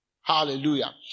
Hallelujah